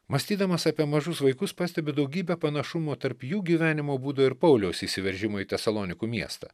mąstydamas apie mažus vaikus pastebi daugybę panašumų tarp jų gyvenimo būdo ir pauliaus įsiveržimo į tą salonikų miestą